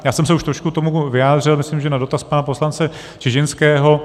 Já jsem se už trošku k tomu vyjádřil, myslím, že na dotaz pana poslance Čižinského.